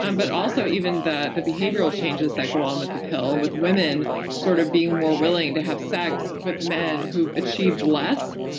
um but also even the the behavioral changes that go on with the pill with women sort of being more willing to have sex with men who've achieved less.